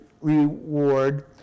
reward